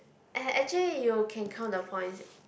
a~ actually you can count the points